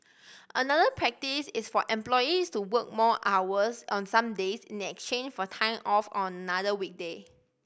another practice is for employees to work more hours on some days in exchange for time off on another weekday